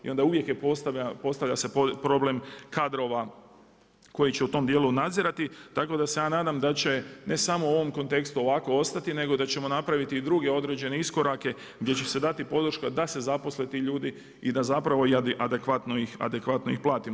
I onda se uvijek postavlja problem kadrova koji će u tom dijelu nadzirati, tako da se ja nadam da će ne samo u ovom kontekstu ovako ostati nego da ćemo napraviti i druge određene iskorake gdje će se dati podrška da se zaposle ti ljudi i da ih adekvatno platimo.